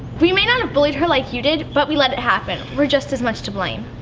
we may not have bullied her like you did, but we let it happen. we're just as much to blame.